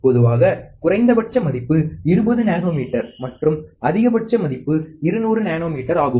பொதுவாக குறைந்தபட்ச மதிப்பு 20 நானோமீட்டர் மற்றும் அதிகபட்ச மதிப்பு 200 நானோமீட்டர் ஆகும்